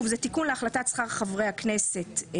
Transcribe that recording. מדובר בתיקון להחלטת שכר חברי הכנסת.